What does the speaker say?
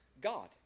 God